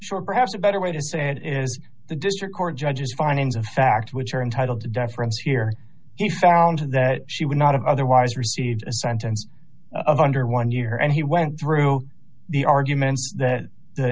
short perhaps a better way to say it is the district court judge's findings of fact which are entitled to dock for us here he found that she would not have otherwise received a sentence of under one year and he went through the arguments that